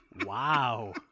Wow